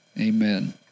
amen